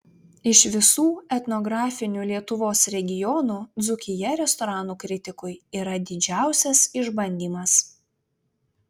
iš visų etnografinių lietuvos regionų dzūkija restoranų kritikui yra didžiausias išbandymas